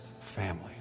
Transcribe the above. family